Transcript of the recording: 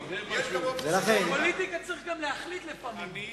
בפוליטיקה צריך להחליט לפעמים.